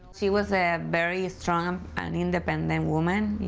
she was a very strong and independent woman, you